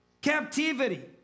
captivity